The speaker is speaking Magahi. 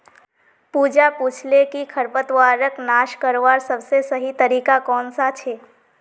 पूजा पूछाले कि खरपतवारक नाश करवार सबसे सही तरीका कौन सा छे